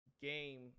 game